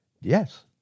Yes